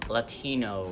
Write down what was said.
Latino